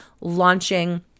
launching